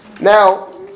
Now